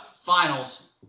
finals